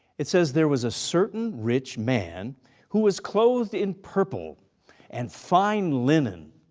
it says, there was a certain rich man who was clothed in purple and fine linen,